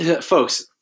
folks